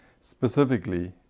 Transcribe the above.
specifically